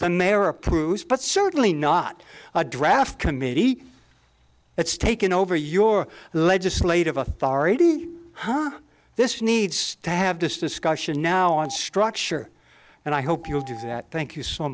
the mayor approves but certainly not a draft committee it's taken over your legislative authority this needs to have this discussion now and structure and i hope you will do that thank you so